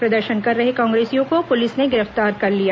प्रदर्शन कर रहे कांग्रेसियों को पुलिस ने गिरफ्तार कर लिया